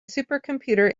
supercomputer